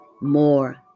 more